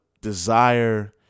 desire